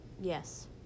Yes